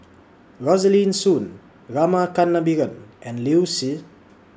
Rosaline Soon Rama Kannabiran and Liu Si